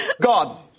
God